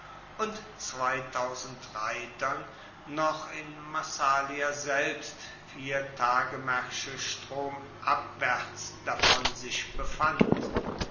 und reitern noch in massalia selbst vier tagemaersche stromabwaerts davon sich befand